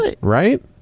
right